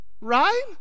right